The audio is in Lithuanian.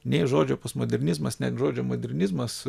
nei žodžio postmodernizmas net žodžio modernizmas